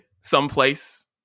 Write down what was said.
someplace